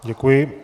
Děkuji.